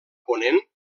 ponent